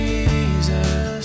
Jesus